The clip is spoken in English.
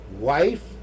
wife